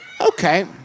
Okay